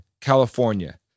California